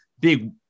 big